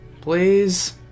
Please